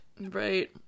Right